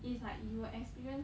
it's like you will experience